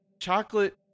chocolate